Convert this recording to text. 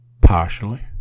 partially